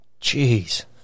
Jeez